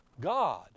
God